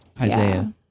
Isaiah